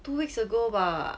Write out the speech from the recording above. two weeks ago bah